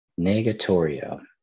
negatorio